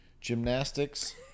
gymnastics